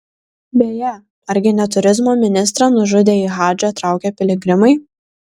beje argi ne turizmo ministrą nužudė į hadžą traukę piligrimai